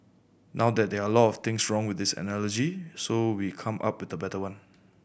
now there there are a lot of things wrong with this analogy so we come up with better one